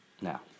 now